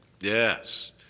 Yes